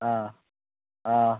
ആ ആ